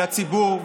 לציבור,